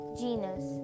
genus